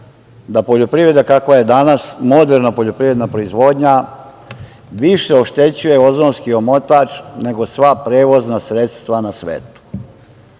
da poljoprivreda kakva je danas, moderna poljoprivredna proizvodnja više oštećuje ozonski omotač nego sva prevozna sredstva na svetu.